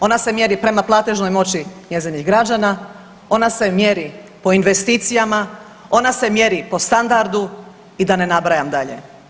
Ona se mjeri prema platežnoj moći njezinih građana, ona se mjeri po investicijama, ona se mjeri po standardu i da ne nabrajam dalje.